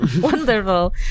Wonderful